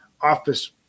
office